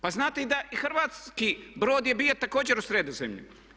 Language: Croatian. Pa znate da i hrvatski brod je bio također u Sredozemlju.